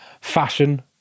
fashion